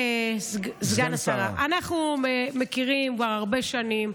סגן השרה, אנחנו מכירים כבר הרבה שנים.